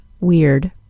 weird